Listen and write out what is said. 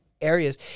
areas